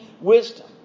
wisdom